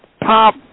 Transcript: Pop